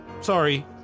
sorry